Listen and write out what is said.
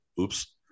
oops